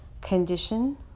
condition